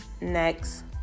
next